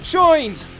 joined